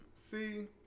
See